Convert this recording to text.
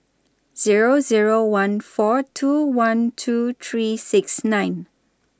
Zero Zero one four two one two three six nine